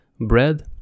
bread